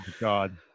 god